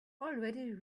already